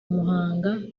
muhanga